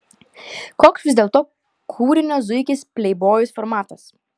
koks vis dėlto kūrinio zuikis pleibojus formatas